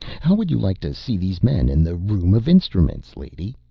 how would you like to see these men in the room of instruments, lady?